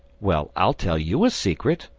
well, i'll tell you a secret.